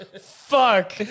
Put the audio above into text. fuck